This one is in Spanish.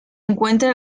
encuentra